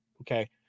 okay